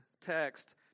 text